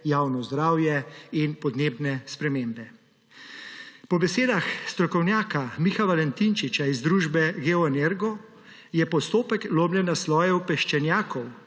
javno zdravje in podnebne spremembe. Po besedah strokovnjaka Miha Valentinčiča iz družbe Geoenergo je postopek lomljenja slojev peščenjakov,